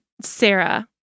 Sarah